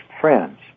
friends